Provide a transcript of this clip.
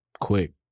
quick